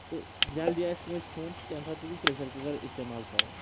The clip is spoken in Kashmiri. تہٕ جلدی آسہِ کٲنٛسہِ کھیوٚن تَمہِ ساتہٕ چھُس بہٕ پرٛٮ۪شَر کُکَر استعمال کَران